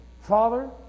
Father